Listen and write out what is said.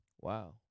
Wow